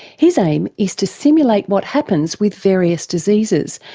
his aim is to simulate what happens with various diseases,